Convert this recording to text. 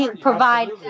provide